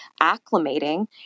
acclimating